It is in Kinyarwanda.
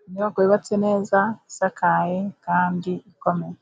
ni inyubako yubatse neza, isakaye kandi ikomeye.